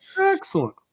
excellent